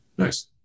Nice